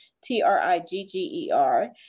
T-R-I-G-G-E-R